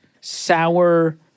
sour